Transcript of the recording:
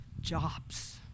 jobs